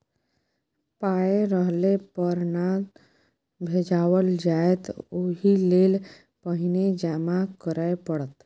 पाय रहले पर न भंजाओल जाएत ओहिलेल पहिने जमा करय पड़त